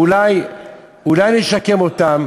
אולי נשקם אותם.